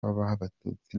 abatutsi